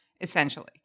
essentially